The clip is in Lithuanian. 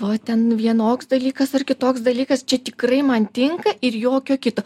o ten vienoks dalykas ar kitoks dalykas čia tikrai man tinka ir jokio kito